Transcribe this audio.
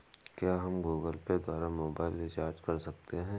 क्या हम Google Pay द्वारा मोबाइल रिचार्ज कर सकते हैं?